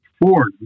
Ford